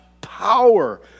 power